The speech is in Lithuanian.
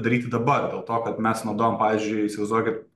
daryti dabar dėl to kad mes naudojam pavyzdžiui įsivaizduokit